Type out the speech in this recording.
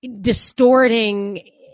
distorting